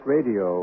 Radio